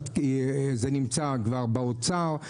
זה נמצא כבר באוצר.